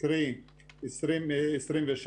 קרי 2027